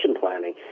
planning